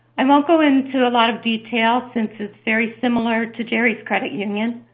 and won't go into a lot of detail, since it's very similar to jerry's credit union.